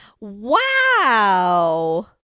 Wow